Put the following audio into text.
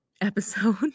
episode